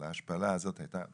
אבל ההשפלה הזאת הייתה נוראה.